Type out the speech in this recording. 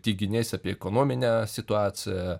teiginiais apie ekonominę situaciją